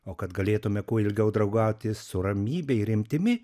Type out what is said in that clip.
o kad galėtume kuo ilgiau draugauti su ramybe ir rimtimi